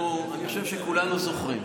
אני חושב שכולנו זוכרים.